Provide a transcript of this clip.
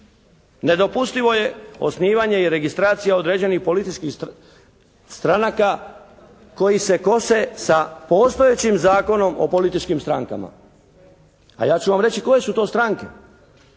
Nedopustivo je osnivanje i registracija određenih političkih stranaka koji se kose sa postojećim Zakonom o političkim strankama. A ja ću vam reći koje su to stranke?